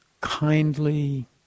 kindly